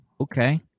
Okay